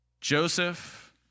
Joseph